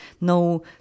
no